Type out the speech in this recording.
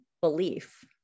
belief